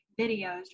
videos